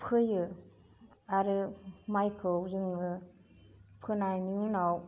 फोयो आरो माइखौ जोङो फोनायनि उनाव